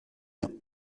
bien